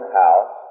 house